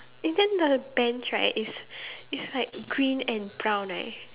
and then the bench right is is like green and brown right